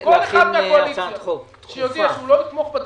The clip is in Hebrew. אחד מן הקואליציה שיודיע שהוא לא יתמוך בדחייה.